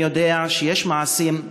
אני יודע שיש מעשים,